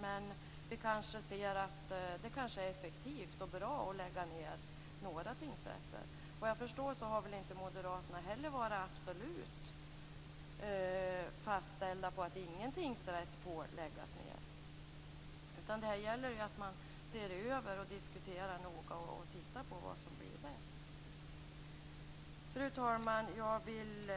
Men vi ser att det kanske är effektivt och bra att lägga ned några tingsrätter. Såvitt jag förstår har inte moderaterna heller varit absolut inställda på att ingen tingsrätt får läggas ned. Här gäller det att se över, diskutera noga och titta närmare på vad som blir bäst. Fru talman! Jag vill